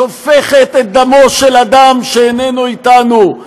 שופכת את דמו של אדם שאיננו איתנו,